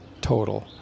total